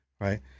Right